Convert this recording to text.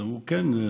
אז אמרו: כן,